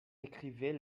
écrivez